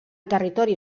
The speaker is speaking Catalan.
territori